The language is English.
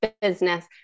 business